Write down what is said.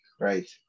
right